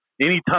anytime